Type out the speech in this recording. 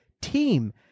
team